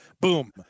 Boom